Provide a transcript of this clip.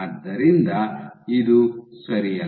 ಆದ್ದರಿಂದ ಇದು ಸರಿಯಲ್ಲ